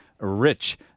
rich